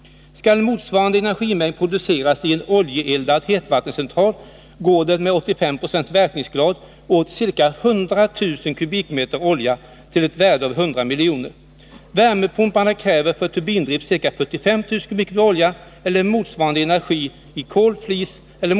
Skall motsvarande energimängd produceras i en oljeeldad hetvattencentral går det, med 85 96 verkningsgrad, åt ca 100 000 m3 olja till ett värde av ca 100 miljoner. Värmepumparna kräver vid turbindrift ca 45 000 m? olja eller motsvarande energi i kol, flis e. d.